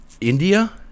India